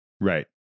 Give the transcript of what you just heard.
Right